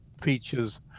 features